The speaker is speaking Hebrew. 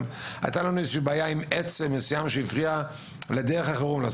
הייתה לנו איזושהי בעיה עם עץ מסוים שהפריע לדרך החירום.